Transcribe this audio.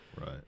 Right